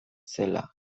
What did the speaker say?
zela